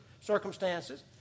circumstances